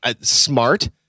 Smart